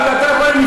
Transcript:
אבל אתה רואה,